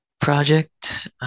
project